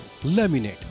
Laminate